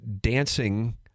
dancing